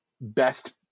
best